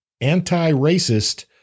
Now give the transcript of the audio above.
anti-racist